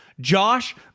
Josh